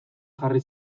jarri